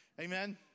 Amen